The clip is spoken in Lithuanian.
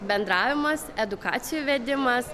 bendravimas edukacijų vedimas